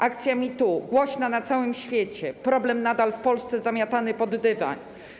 Akcja Me Too, głośna na całym świecie - problem nadal w Polsce zamiatany pod dywan.